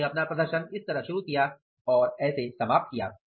उन्होंने अपना प्रदर्शन इस तरह शुरू किया और ऐसे समाप्त हुआ